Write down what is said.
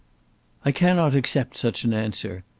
i cannot accept such an answer.